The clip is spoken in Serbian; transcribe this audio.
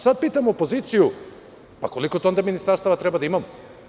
Sad pitam opoziciju koliko to onda ministarstava treba da imamo?